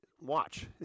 watch